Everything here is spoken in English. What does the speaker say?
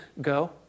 go